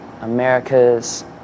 America's